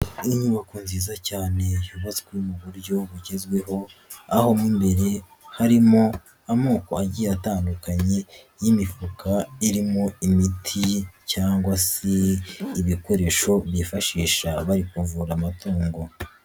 Inyubako nziza cyane yubatswe mu buryo bugezweho aho mu imbere harimo amoko agiye atandukanye y'imifuka irimo imiti cyangwa se ibikoresho byifashisha bari kuvura amatungo.